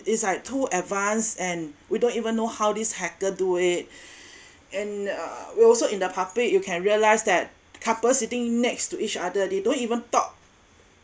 it's like too advance and we don't even know how this hacker do it and uh we also in the public you can realize that couple sitting next to each other they don't even talk